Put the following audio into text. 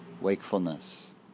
wakefulness